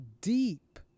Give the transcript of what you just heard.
deep